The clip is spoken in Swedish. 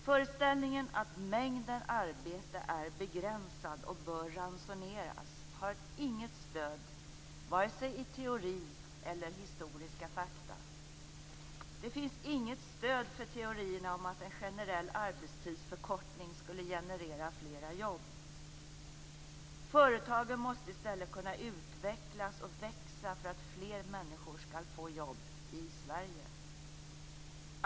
Föreställningen att mängden arbete är begränsad och bör ransoneras har inget stöd i vare sig teori eller historiska fakta. Det finns inget stöd för teorierna om att en generell arbetstidsförkortning skulle generera fler jobb. Företagen måste i stället kunna utvecklas och växa för att fler människor skall få jobb i Sverige.